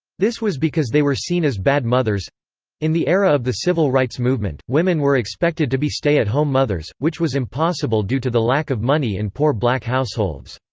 this was because they were seen as bad mothers in the era of the civil rights movement, women were expected to be stay-at-home mothers, which was impossible due to the lack of money in poor black households.